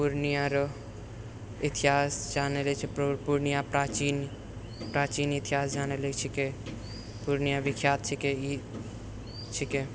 पूर्णियारऽ इतिहास जानै पूर्णिया प्राचीन इतिहास जानैलए छिकै पूर्णिया विख्यात छिकै ई छिकै